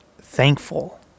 thankful